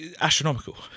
astronomical